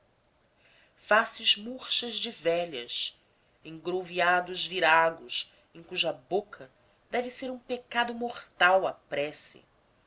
faces murchas de velhas esgrouviados viragos em cuja boca deve ser um pecado mortal